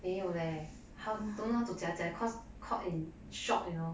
没有 leh how don't know how to 假假 cause caught in shock you know